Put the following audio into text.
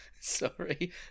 Sorry